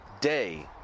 day